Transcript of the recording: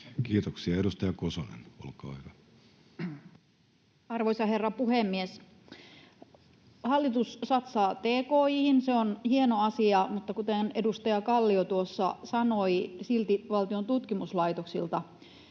Time: 19:12 Content: Arvoisa herra puhemies! Hallitus satsaa tki:hin, se on hieno asia, mutta kuten edustaja Kallio tuossa sanoi, silti valtion tutkimuslaitoksilta